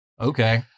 okay